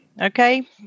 Okay